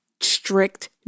strict